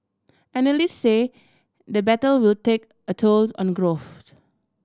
analyst say the battle will take a tolls on growth